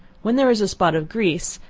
when there is a spot of grease,